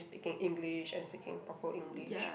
speaking English and speaking proper English